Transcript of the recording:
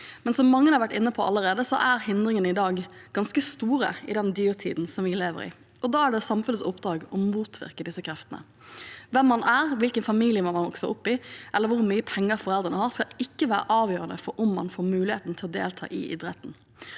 Men som mange har vært inne på allerede, er hindringene i dag ganske store, i den dyrtiden vi lever i, og da er det samfunnets oppdrag å motvirke disse kreftene. Hvem man er, hvilken familie man vokser opp i, eller hvor mye penger foreldrene har, skal ikke være avgjørende for om man får muligheten til å delta i idrett.